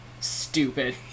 Stupid